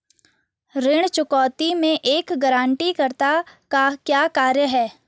ऋण चुकौती में एक गारंटीकर्ता का क्या कार्य है?